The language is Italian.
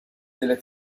delle